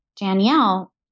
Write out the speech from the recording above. Danielle